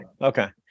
Okay